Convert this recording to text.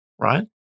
right